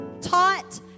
taught